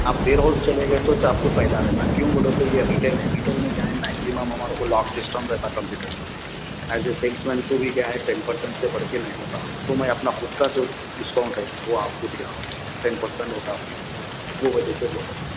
آپ warehouse چلے گئے تو آپ کو فائدہ رہتا کیوں بولے تو یہ ریٹیل ہے ریٹیل میں کیا ہے میگزیمم ہمارے کو لاک سسٹم رہتا کمپیوٹر پے ایس اے سیلس مین کو بھی کیا ہے ٹین پرسینٹ سے بڑھ کے نہیں ہوتا تو میں اپنا خود کا جو ڈسکاؤنٹ ہے وہ آپ کو دے رہا ہوں ٹین پرسینٹ ہوتا اپنے کو وہ وجہ سے بول رہا ہوں میں آپ کو